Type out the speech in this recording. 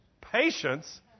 Patience